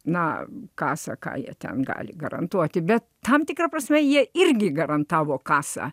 na kasa ką jie ten gali garantuoti bet tam tikra prasme jie irgi garantavo kasą